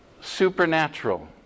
supernatural